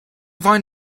find